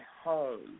home